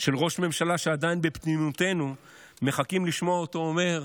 של ראש ממשלה שעדיין בתמימותנו אנחנו מחכים לשמוע אותו אומר: